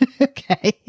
Okay